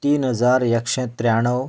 तीन हजार एकशें त्र्याण्णव